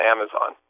Amazon